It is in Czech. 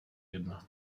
jedna